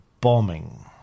bombing